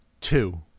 two